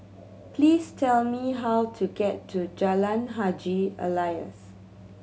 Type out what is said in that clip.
please tell me how to get to Jalan Haji Alias